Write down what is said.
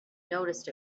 noticed